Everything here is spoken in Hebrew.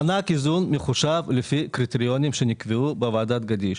מענק איזון מחושב לפי קריטריונים שנקבעו בוועדת גדיש.